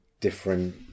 different